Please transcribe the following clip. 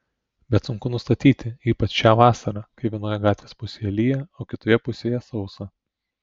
bet sunku nustatyti ypač šią vasarą kai vienoje gatvės pusėje lyja o kitoje pusėje sausa